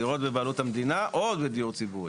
דירות בבעלות המדינה או דיור ציבורי.